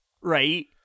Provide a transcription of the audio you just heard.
right